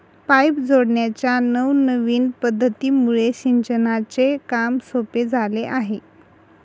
pipe जोडण्याच्या नवनविन पध्दतीमुळे सिंचनाचे काम सोपे झाले आहे